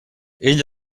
ell